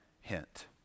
hint